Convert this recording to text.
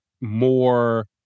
more